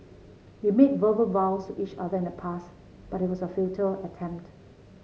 we made verbal vows to each other in the past but it was a futile attempt